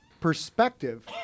perspective